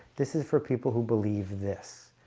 this is for people who believe this.